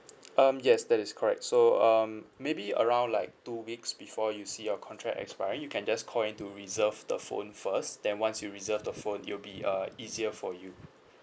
um yes that is correct so um maybe around like two weeks before you see your contract expiring you can just call in to reserve the phone first then once you reserve the phone it'll be uh easier for you